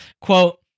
Quote